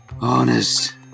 honest